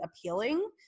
appealing